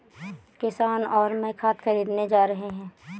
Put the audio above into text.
किशन और मैं खाद खरीदने जा रहे हैं